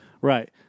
Right